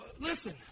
listen